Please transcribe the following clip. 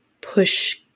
push